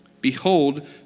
Behold